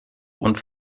und